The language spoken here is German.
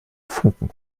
funken